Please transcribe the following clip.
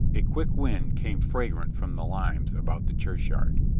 a quick wind came fragrant from the limes about the churchyard,